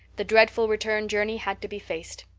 the dreadful return journey had to be faced.